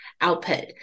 output